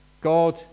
God